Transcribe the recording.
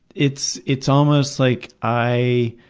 it's it's almost like i